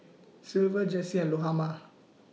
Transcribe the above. Silver Jessee and Lahoma